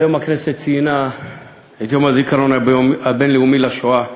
היום הכנסת ציינה את יום הזיכרון הבין-לאומי לשואה,